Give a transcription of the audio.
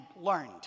learned